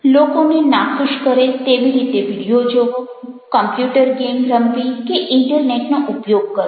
લોકોને નાખુશ કરે તેવી રીતે વિડીયો જોવો કોમ્પ્યુટર ગેમ રમવી કે ઇન્ટરનેટનો ઉપયોગ કરવો